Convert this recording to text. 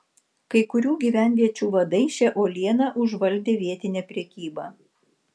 kai kurių gyvenviečių vadai šia uoliena užvaldė vietinę prekybą